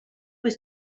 was